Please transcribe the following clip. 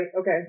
Okay